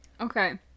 Okay